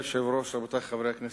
אדוני היושב-ראש, חברי חברי הכנסת,